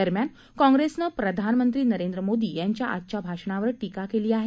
दरम्यान काँग्रेसनं प्रधानमंत्री नरेंद्र मोदी यांच्या आजच्या भाषणावर टीका केली आहे